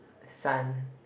sand